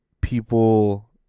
people